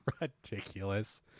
ridiculous